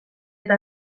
eta